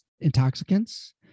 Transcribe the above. intoxicants